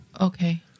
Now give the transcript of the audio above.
Okay